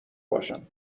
باشم